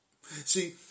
see